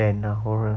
then 然后呢